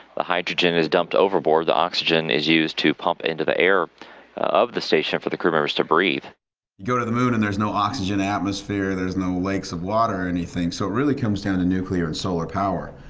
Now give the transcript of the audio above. the hydrogen is dumped overboard, the oxygen is used to pump into the air of the station for the crew members to breathe. you go to the moon and there's no oxygen atmosphere there's no lakes of water or anything. so it really comes down to nuclear and solar power.